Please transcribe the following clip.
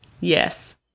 Yes